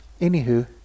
Anywho